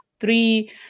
three